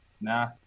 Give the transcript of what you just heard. Nah